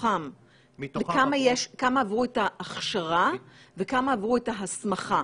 מתוכם כמה עברו את ההכשרה וכמה את ההסמכה?